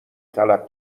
طلب